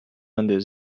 handle